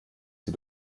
sie